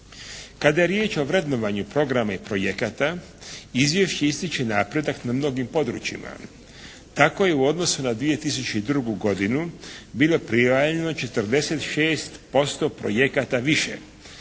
Kada je riječ o vrednovanju programa i projekata izvješće ističe napredak na mnogim područjima. Tako je u odnosu na 2002. godinu bilo …/Govornik se ne razumije./… 46% projekata više,